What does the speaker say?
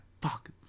fuck